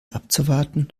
abzuwarten